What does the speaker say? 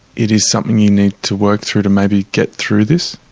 it is something you need to work through to maybe get through this?